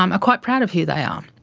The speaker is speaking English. um ah quite proud of who they um